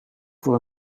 voor